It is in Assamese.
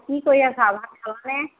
কি কৰি আছা ভাত খালানে